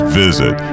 visit